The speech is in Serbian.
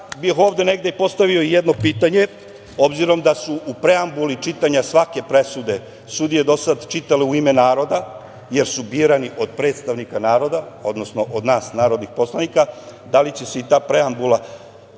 bih postavio jedno pitanje, obzirom da su u preambuli čitanja svake presude sudije do sada čitale, u ime naroda, jer su birani od predstavnika naroda, odnosno od nas narodnih poslanika, da li će se i ta preambula